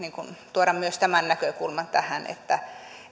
tuoda myös tämän näkökulman tähän että